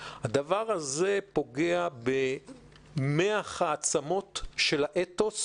הדבר הזה פוגע במֵח העצמות של האתוס